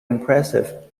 impressive